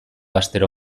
astero